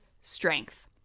strength